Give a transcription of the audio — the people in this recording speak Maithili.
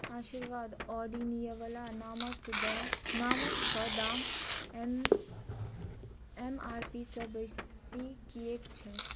आशीर्वाद आयोडीनवला नमक दऽ नमकके दाम एम एम आर पी सँ बेसी किएक छै